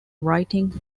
writings